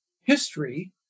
history